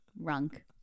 Rank